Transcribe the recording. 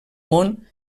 món